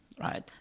right